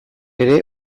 ere